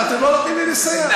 אתם לא נותנים לי לסיים.